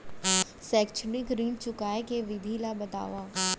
शैक्षिक ऋण चुकाए के विधि ला बतावव